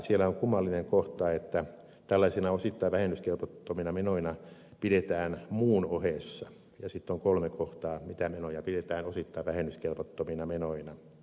siellä on kummallinen kohta että osittain vähennyskelvottomina menoina pidetään muun ohessa ja sitten on kolme kohtaa mitä menoja pidetään osittain vähennyskelvottomina menoina